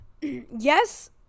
Yes